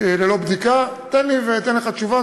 ללא בדיקה, תן לי ואתן לך תשובה.